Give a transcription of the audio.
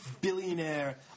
billionaire